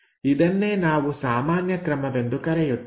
ಇದನ್ನೇ ನಾವು ಸಾಮಾನ್ಯ ಕ್ರಮವೆಂದು ಕರೆಯುತ್ತೇವೆ